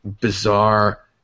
bizarre